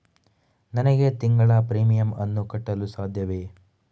ನನಗೆ ತಿಂಗಳ ಪ್ರೀಮಿಯಮ್ ಅನ್ನು ಕಟ್ಟಲು ಸಾಧ್ಯವೇ?